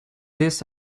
this